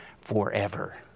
forever